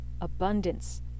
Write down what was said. abundance